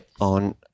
on –